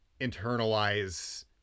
internalize